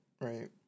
right